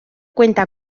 cuenta